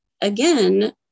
again